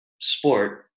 sport